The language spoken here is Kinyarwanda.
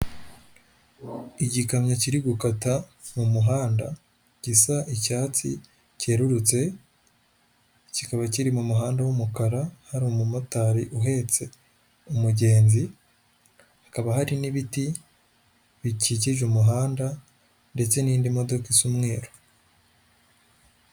Igikamyo kiri gukata mu muhanda gisa icyatsi cyerurutse, kikaba kiri mu muhanda w'umukara hari umumotari uhetse umugenzi, hakaba hari n'ibiti bikikije umuhanda ndetse n'indi modoka isa umweru.